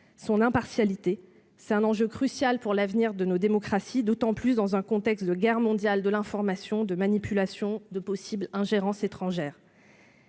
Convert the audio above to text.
son impartialité. C'est un enjeu crucial pour l'avenir de nos démocraties, d'autant plus dans un contexte de guerre mondiale de l'information, de manipulation, de possible ingérence étrangère.